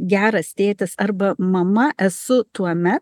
geras tėtis arba mama esu tuome